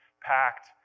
packed